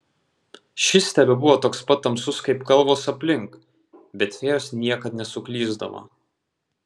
šis tebebuvo toks pat tamsus kaip kalvos aplink bet fėjos niekad nesuklysdavo